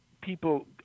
people